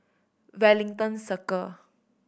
Wellington Circle